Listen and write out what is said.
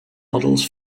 models